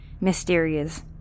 mysterious